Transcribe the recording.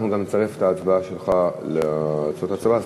אנחנו גם נצרף את ההצבעה שלך לתוצאות ההצבעה.